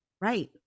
Right